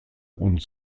und